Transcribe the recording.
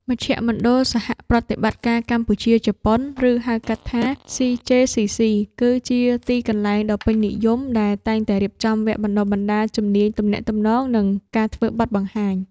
មជ្ឈមណ្ឌលសហប្រតិបត្តិការកម្ពុជា-ជប៉ុន ឬហៅកាត់ថា ស៊ី-ជេ-ស៊ី-ស៊ី គឺជាទីកន្លែងដ៏ពេញនិយមដែលតែងតែរៀបចំវគ្គបណ្ដុះបណ្ដាលជំនាញទំនាក់ទំនង និងការធ្វើបទបង្ហាញ។